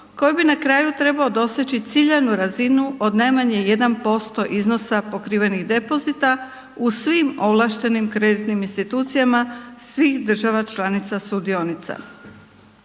koji bi na kraju trebaju dostići ciljanu razinu od najmanje 1% iznosa pokrivenih depozita u svim ovlaštenim kreditnim institucijama svih država članica sudionica.